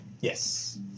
Yes